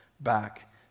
back